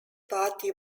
party